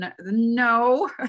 no